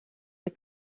the